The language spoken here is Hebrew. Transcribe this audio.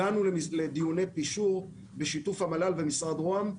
הגענו לדיונים פישור בשיתוף המל"ל ומשרד רוה"מ.